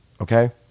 okay